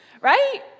right